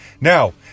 now